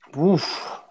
Oof